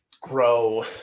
grow